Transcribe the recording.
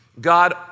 God